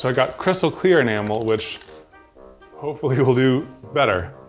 so got crystal clear enamel, which hopefully will do better.